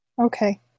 Okay